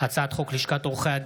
הצעת חוק שיקום נכי נפש בקהילה (תיקון,